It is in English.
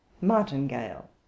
Martingale